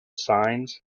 signs